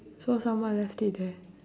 so someone left it there